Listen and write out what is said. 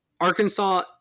arkansas